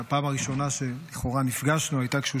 הפעם הראשונה שלכאורה נפגשנו הייתה כשהוא